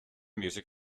music